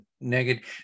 negative